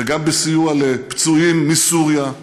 וגם בסיוע לפצועים מסוריה.